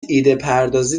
ایدهپردازی